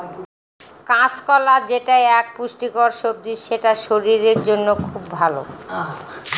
কাঁচকলা যেটা এক পুষ্টিকর সবজি সেটা শরীরের জন্য খুব ভালো